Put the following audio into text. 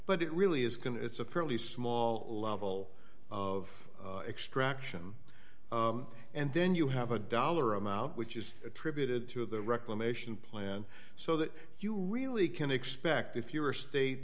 but it really is going to it's a fairly small level of extraction and then you have a dollar amount which is attributed to the reclamation plan so that you really can expect if you are a state